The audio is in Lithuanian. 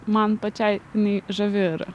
man pačiai jinai žavi yra